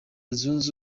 zunze